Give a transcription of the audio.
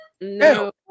No